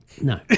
no